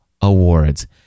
awards